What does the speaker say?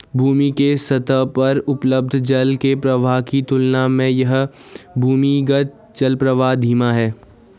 भूमि के सतह पर उपलब्ध जल के प्रवाह की तुलना में यह भूमिगत जलप्रवाह धीमा है